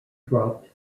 dropped